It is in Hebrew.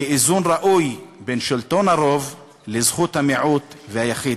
היא איזון ראוי בין שלטון הרוב לזכות המיעוט והיחיד,